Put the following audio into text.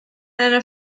einer